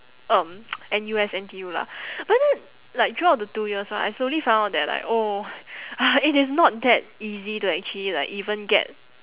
um N_U_S N_T_U lah but then like throughout the two years right I slowly found out that like oh it is not that easy to actually like even get